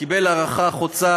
הוא קיבל הערכה חוצה,